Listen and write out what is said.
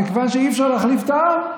וכיוון שאי-אפשר להחליף את העם,